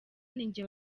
ninjye